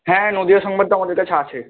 হ্যাঁ নদীয়া সংবাদ তো আমাদের কাছে আছে